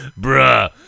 Bruh